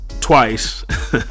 twice